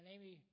Amy